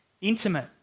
intimate